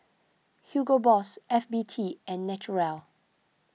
Hugo Boss F B T and Naturel